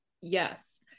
Yes